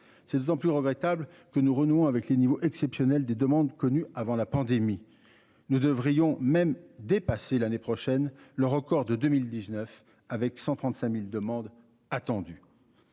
C'est d'autant plus regrettable que nous renouant avec les niveaux exceptionnels des demandes connus avant la pandémie. Nous devrions même dépassé l'année prochaine. Le record de 2019 avec 135.000 demandes attendues.